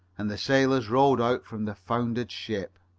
and the sailors rowed out from the foundered ship.